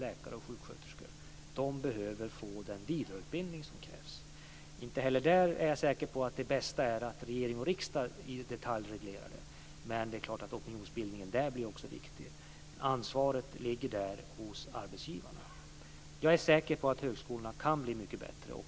De behöver få den vidareutbildning som krävs. Inte heller där är jag säker på att det bästa är att regering och riksdag i detalj reglerar, men det är klart att opinionsbildningen också blir viktig. Men ansvaret ligger hos arbetsgivarna. Jag är säker på att högskolorna kan bli mycket bättre.